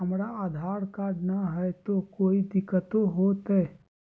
हमरा आधार कार्ड न हय, तो कोइ दिकतो हो तय?